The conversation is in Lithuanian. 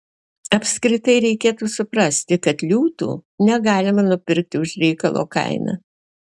apskritai reikėtų suprasti kad liūtų negalima nupirkti už reikalo kainą